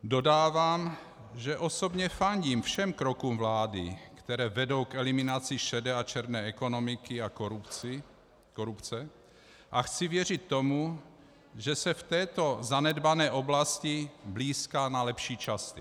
Dodávám, že osobně fandím všem krokům vlády, které vedou k eliminaci šedé a černé ekonomiky a korupce, a chci věřit tomu, že se v této zanedbané oblasti blýská na lepší časy.